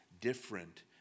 different